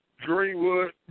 Greenwood